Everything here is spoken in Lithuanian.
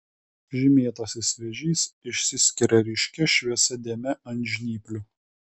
žymėtasis vėžys išsiskiria ryškia šviesia dėme ant žnyplių